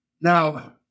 Now